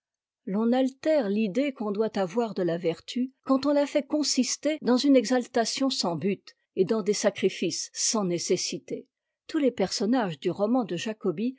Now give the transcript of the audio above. l'on altère l'idée qu'on doit avoir de la vertu quand on la fait consister dans une exaltation sans but et dans des sacrifices sans nécessité tous les personnages du roman de jacobi